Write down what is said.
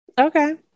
Okay